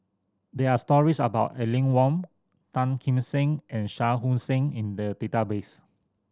there are stories about Aline Wong Tan Kim Seng and Shah Hussain in the database